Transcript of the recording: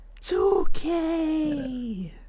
2k